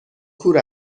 کور